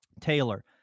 Taylor